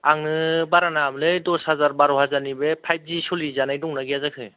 आंनो बारा नाङामोनलै दस हाजार बार' हाजारनि बे फाइब जि सलिजानाय दंना गैया जाखो